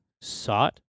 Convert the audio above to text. sought